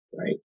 Right